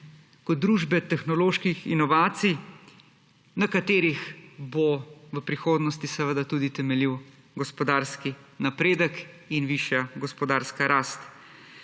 kot družbe tehnoloških inovacij, na katerih bo v prihodnosti seveda tudi temeljil gospodarski napredek in višja gospodarska rast.